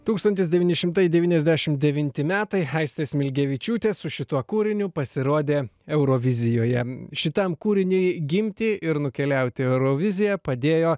tūkstantis devyni šimtai devyniasdešim devinti metai aistė smilgevičiūtė su šituo kūriniu pasirodė eurovizijoje šitam kūriniui gimti ir nukeliauti į euroviziją padėjo